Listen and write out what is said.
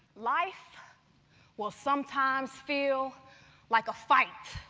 life will sometimes feel like a fight.